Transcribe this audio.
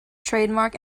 trademark